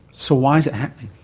so why is it happening?